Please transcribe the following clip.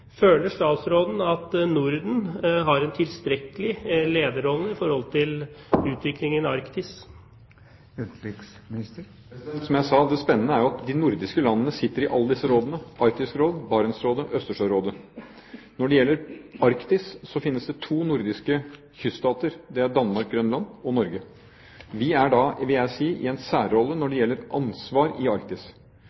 Føler statsråden at Norden har en tilstrekkelig lederrolle i forhold til utviklingen i Arktis? Som jeg sa: Det spennende er jo at de nordiske landene sitter i alle disse rådene: Arktisk Råd, Barentsrådet og Østersjørådet. Når det gjelder Arktis, finnes det to nordiske kyststater: Danmark-Grønland og Norge. Vi har en særrolle når det gjelder ansvar i Arktis. Og det er